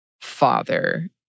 father